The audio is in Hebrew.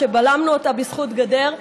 שבלמנו אותה בזכות גדר,